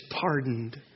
pardoned